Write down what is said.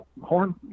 horn